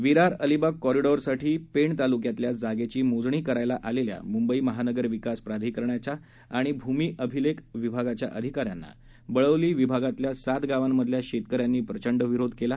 विरार अलिबाग कॉरिडस्साठी पेण तालुक्यातल्या जागेची मोजणी करायला आलेल्या मुंबई महानगरविकास प्राधिकरणाच्या आणि भूमीअभिलेख विभागाच्या अधिकाऱ्यांना बळवली विभागातल्या सात गावांमधल्या शेतकऱ्यांनी प्रचंड विरोध केला